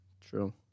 True